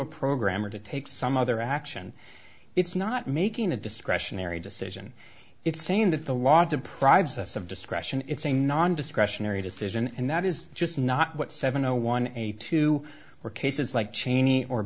a program or to take some other action it's not making a discretionary decision it's saying that the law deprives us of discretion it's a non discretionary decision and that is just not what seven zero one eight two were cases like cheney or